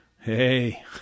Hey